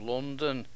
London